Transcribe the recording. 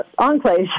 enclaves